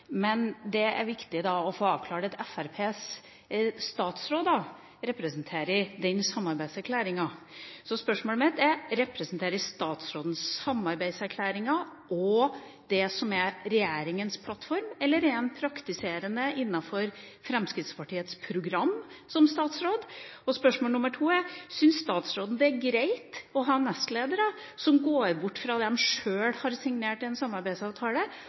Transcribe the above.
men da er det også viktig å få avklart at Fremskrittspartiets statsråder representerer den samarbeidserklæringa. Så spørsmålet mitt er: Representerer statsråden samarbeidserklæringa og det som er regjeringens plattform, eller er han som statsråd praktiserende innenfor Fremskrittspartiets program? Og spørsmål nummer to er: Syns statsråden det er greit å ha nestledere som går bort fra det de sjøl har signert i en samarbeidsavtale,